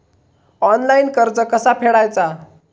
Online कर्ज कसा फेडायचा?